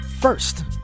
first